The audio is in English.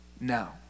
now